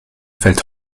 fällt